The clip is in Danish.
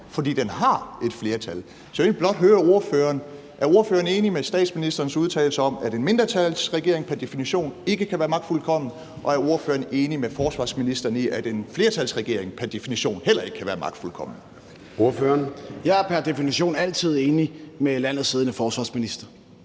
fordi den har et flertal. Så jeg vil blot høre ordføreren: Er ordføreren enig i statsministerens udtalelse om, at en mindretalsregering pr. definition ikke kan være magtfuldkommen, og er ordføreren enig med forsvarsministeren i, at en flertalsregering pr. definition heller ikke kan være magtfuldkommen? Kl. 10:15 Formanden (Søren Gade): Ordføreren.